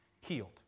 healed